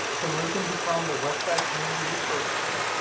could lincoln become the westside community resource school?